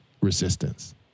resistance